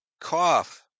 cough